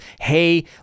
hey